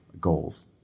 goals